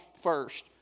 first